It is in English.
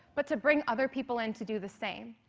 but to bring other people in to do the same.